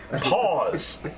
Pause